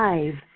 Five